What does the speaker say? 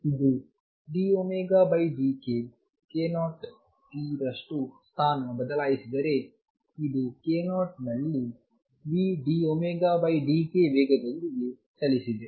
ಇದು dωdkk0 t ರಷ್ಟು ಸ್ಥಾನ ಬದಲಾಯಿಸಿದರೆ ಇದು k 0 ನಲ್ಲಿ v dωdk ವೇಗದೊಂದಿಗೆ ಚಲಿಸಿದೆ